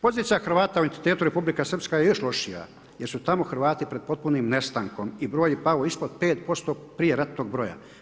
Pozicija Hrvata u entitetu Republika Srpska je još lošija jer su tamo Hrvati pred potpunim nestankom i broj je pao ispod 5% prijeratnog broja.